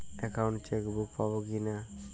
Account chequebook পাবো কি না?